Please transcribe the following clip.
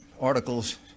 articles